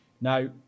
Now